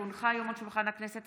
כי הונחה היום על שולחן הכנסת,